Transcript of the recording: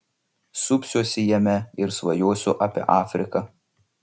supsiuosi jame ir svajosiu apie afriką